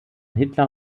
hitler